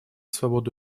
свободу